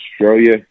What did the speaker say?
Australia